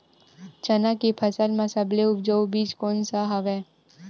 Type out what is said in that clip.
चना के फसल म सबले उपजाऊ बीज कोन स हवय?